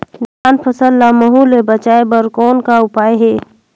धान फसल ल महू ले बचाय बर कौन का उपाय हे?